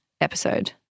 episode